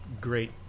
great